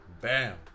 Bam